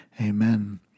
Amen